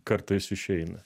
kartais išeina